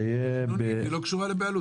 אז ההחלטה שלנו תהיה -- ההחלטה לא קשורה לבעלות